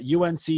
UNC